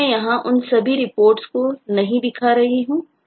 तो मैं यहां उन सभी रिपोर्टों को नहीं दिखा रहा हूं